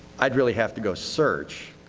i would really have to go search.